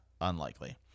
unlikely